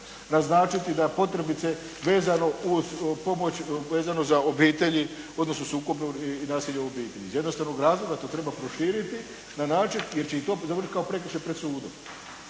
naznačiti da posebice vezano za obitelji odnosno sukob i nasilje u obitelji. Iz jednostavnog razloga to treba proširiti na način jer će i to završiti kao prekršaj pred sudom.